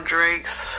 Drake's